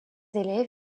élèves